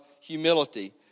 humility